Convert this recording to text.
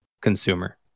consumer